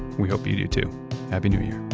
we hope you do too. happy new year.